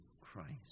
Christ